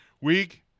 week